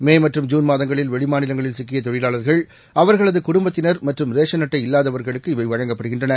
மே மற்றும் ஜூன் மாதங்களில் வெளி மாநிலங்களில் சிக்கிய தொழிலாளர்கள் அவர்களது குடும்பத்தினர் மற்றும் ரேஷன் அட்டை இல்லாதவர்களுக்கு இவை வழங்கப்படுகின்றன